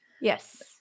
yes